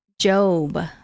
Job